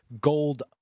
gold